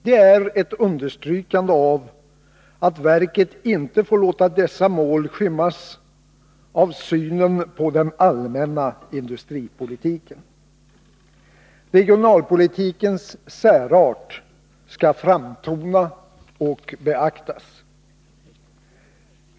Det är ett understrykande av att verket inte får låta dessa mål skymmas av synen på den allmänna industripolitiken. Regionalpolitikens särart skall framtona och beaktas.